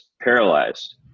paralyzed